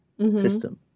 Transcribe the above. system